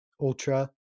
ultra